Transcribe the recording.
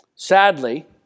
Sadly